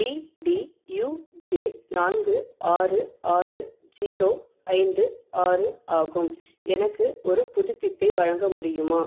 D D U J நான்கு ஆறு ஆறு ஜீரோ ஐந்து ஆறு ஆகும் எனக்கு ஒரு புதுப்பிப்பை வழங்க முடியுமா